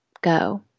go